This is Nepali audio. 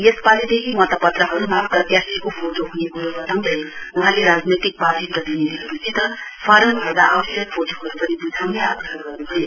यसपालीदेखि मदपत्रहरूमा प्रत्याशीको फोटो हुने कुरो बताँउदै वहाँले राजनैतिक पार्टी प्रतिनिधिहरूसित फारम भर्दा आवश्यक फोटोहरू पनि बुझाउने आग्रह गर्नुभयो